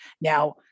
Now